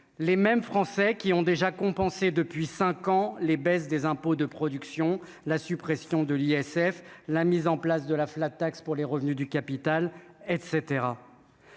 les mêmes français qui ont déjà compensé depuis 5 ans, les baisses des impôts de production, la suppression de l'ISF, la mise en place de la flat tax pour les revenus du capital, etc.